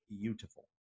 beautiful